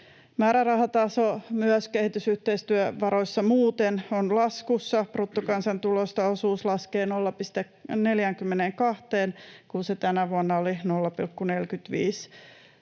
Määrärahataso myös kehitysyhteistyövaroissa muuten on laskussa. Bruttokansantulosta osuus laskee 0,42:een, kun se tänä vuonna oli 0,45.